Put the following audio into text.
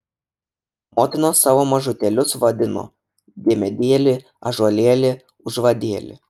motinos savo mažutėlius vadino diemedėli ąžuolėli užvadėli